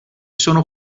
sono